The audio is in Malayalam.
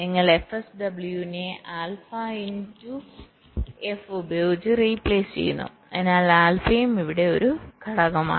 നിങ്ങൾ fSW നെ ആൽഫ ഇൻ ടുf ഉപയോഗിച്ച് റീപ്ലേസ് ചെയ്യുന്നു അതിനാൽ ആൽഫയും ഇവിടെ ഒരു ഘടകമാണ്